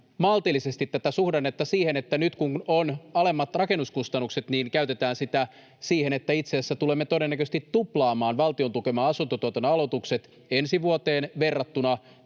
maltillisesti tätä suhdannetta siihen, että nyt kun on alemmat rakennuskustannukset, käytetään sitä siihen, että itse asiassa tulemme todennäköisesti tuplaamaan valtion tukeman asuntotuotannon aloitukset ensi vuonna verrattuna